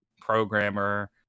programmer